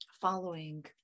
following